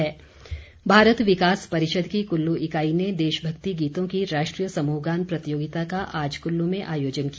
प्रतियोगिता भारत विकास परिषद की कुल्लू इकाई ने देशभक्ति गीतों की राष्ट्रीय समूहगान प्रतियोगिता का आज कुल्लू में आयोजन किया